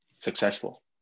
successful